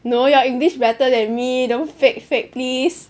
no your English better than me don't fake fake please